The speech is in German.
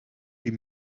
die